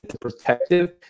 protective